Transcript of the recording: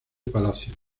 palacios